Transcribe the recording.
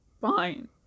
Fine